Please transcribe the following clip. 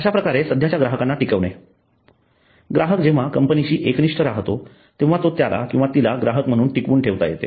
अश्याप्रकारे सध्याच्या ग्राहकांना टिकवणे ग्राहक जेव्हा कंपनीशी एकनिष्ठ राहतो तेव्हा त्याला किंवा तिला ग्राहक म्हणून टिकवून ठेवता येते